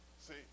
See